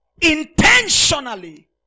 intentionally